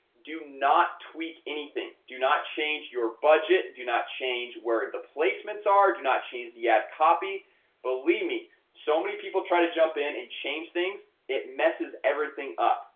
do not tweak anything do not change your budget do not change where the placements are. do not change the ad copy believe me so many people try to jump in and change things. it messes everything.